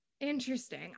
Interesting